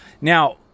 Now